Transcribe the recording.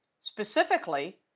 Specifically